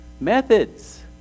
Methods